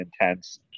intense